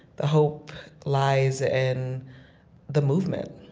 the hope lies in the movement,